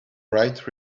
bright